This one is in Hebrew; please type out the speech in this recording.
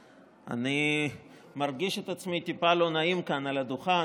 אני מרגיש את עצמי טיפה לא נעים כאן על הדוכן,